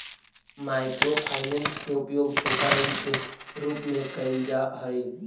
micro finance के उपयोग छोटा ऋण के रूप में कैल जा हई